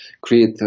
create